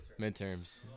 Midterms